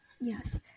Yes